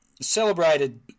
celebrated